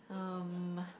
um